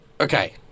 okay